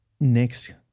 next